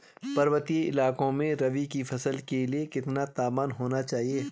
पर्वतीय इलाकों में रबी की फसल के लिए कितना तापमान होना चाहिए?